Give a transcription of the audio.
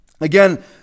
Again